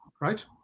right